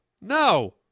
No